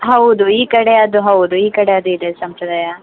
ಹೌದು ಈ ಕಡೆ ಅದು ಹೌದು ಈ ಕಡೆ ಅದು ಇದೆ ಸಂಪ್ರದಾಯ